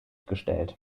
gestellt